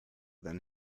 than